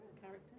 Character